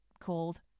called